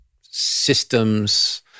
systems